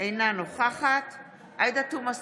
אינה נוכחת עאידה תומא סלימאן,